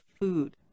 food